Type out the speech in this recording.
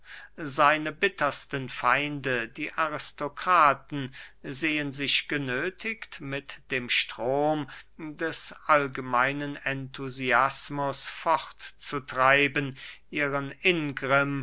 seine bittersten feinde die aristokraten sehen sich genöthigt mit dem strom des allgemeinen enthusiasmus fortzutreiben ihren ingrimm